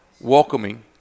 welcoming